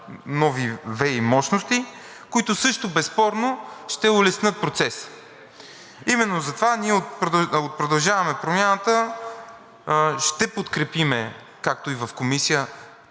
нови ВЕИ мощности, които също безспорно ще улеснят процеса. Именно затова ние от „Продължаваме Промяната“ ще подкрепим, както и в Комисията,